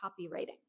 copywriting